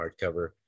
hardcover